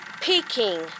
Peking